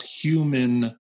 human